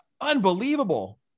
Unbelievable